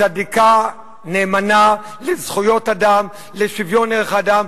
צדיקה, נאמנה לזכויות אדם, לשוויון ערך האדם.